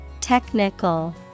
Technical